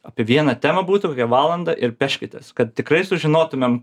apie vieną temą būtų kokią valandą ir peškitės kad tikrai sužinotumėm